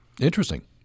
Interesting